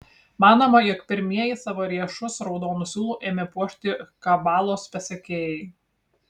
manoma jog pirmieji savo riešus raudonu siūlu ėmė puošti kabalos pasekėjai